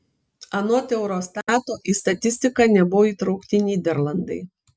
anot eurostato į statistiką nebuvo įtraukti nyderlandai